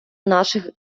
наших